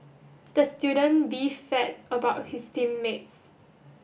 the student about his team mates